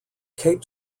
cape